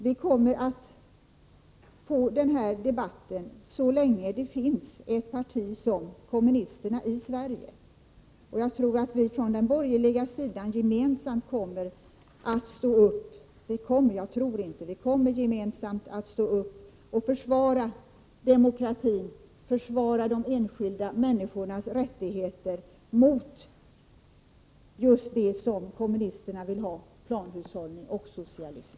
Vi kommer att få den här debatten så länge det finns ett parti som kommunisterna i Sverige, och vi från den borgerliga sidan kommer gemensamt att stå upp och försvara demokratin och de enskilda människornas rättigheter mot just det som kommunisterna vill ha: planhushållning och socialism.